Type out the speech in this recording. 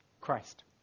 Christ